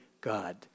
God